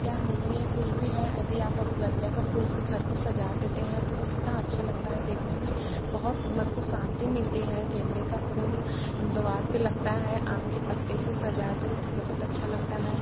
या होली है कुछ भी है यदि आप अब गेंदे का फूल से घर को सजा देते हैं तो वो कितना अच्छा लगता है देखने में बहुत मन को शांति मिलती है गेंदे का फूल द्वार पे लगता है आम के पत्ते से सजा दो तो बहुत अच्छा लगता है